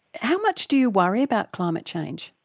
how much do you worry about climate change?